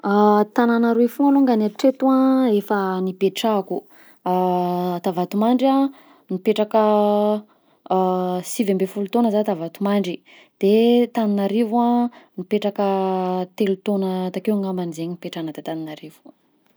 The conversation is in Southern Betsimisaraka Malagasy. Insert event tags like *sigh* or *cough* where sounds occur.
*hesitation* Tagnàna roy foagna alongany hatreto efa nipetrahako, *hesitation* ta Vatomandry a nipetraka *hesitation* sivy amby folo taona za ta Vatomandry, de Tananarivo a nipetraka telo taona takeo ngamba zegny nipetrahana ta Tananarivo.